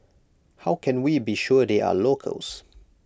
how can we be sure they are locals